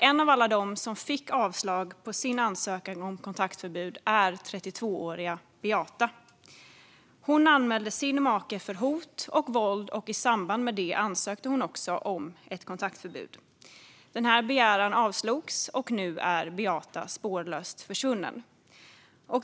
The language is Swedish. En av alla dem som fick avslag på sin ansökan om kontaktförbud är 32-åriga Beata. Hon anmälde sin make för hot och våld, och i samband med det ansökte hon också om ett kontaktförbud. Begäran avslogs, och nu är Beata spårlöst försvunnen.